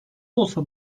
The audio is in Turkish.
olsa